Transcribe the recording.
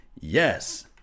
Yes